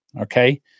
okay